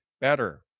better